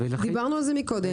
דיברנו על זה קודם,